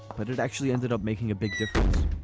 but it actually ended up making a big difference.